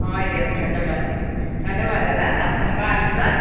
হয় দিয়ক ধন্য়বাদ ধন্য়বাদ দাদা আপোনালোকৰ আশীৰ্বাদ